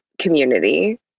community